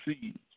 seeds